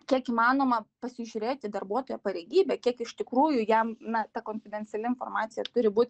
kiek įmanoma pasižiūrėti į darbuotojo pareigybę kiek iš tikrųjų jam na ta konfidenciali informacija turi būt